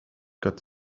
got